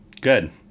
Good